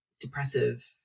depressive